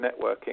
networking